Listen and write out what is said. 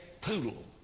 poodle